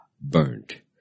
burned